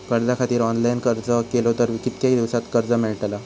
कर्जा खातीत ऑनलाईन अर्ज केलो तर कितक्या दिवसात कर्ज मेलतला?